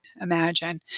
imagine